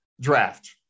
draft